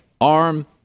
Arm